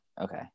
Okay